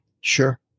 Sure